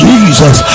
Jesus